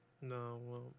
No